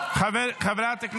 משכורת?